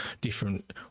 different